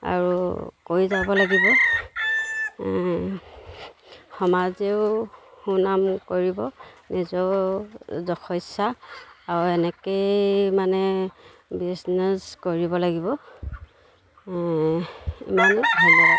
আৰু কৰি যাব লাগিব সমাজেও সুনাম কৰিব নিজৰ যশস্যা আৰু এনেকৈয়ে মানে বিজনেছ কৰিব লাগিব ইমানেই ধন্যবাদ